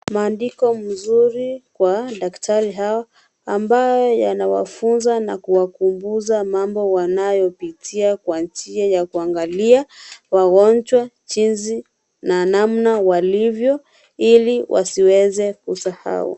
Maandiko mzuri kwa daktari hawa. Ambao wanayafunza na kuwakumbusha mambo wanayopitia kwa njia ya kuangalia wagonjwa, jinsi na namna walivyo, ili wasiweze kusahau.